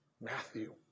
Matthew